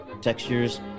textures